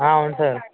అవును సార్